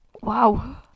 Wow